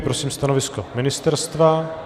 Prosím stanovisko ministerstva.